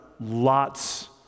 lots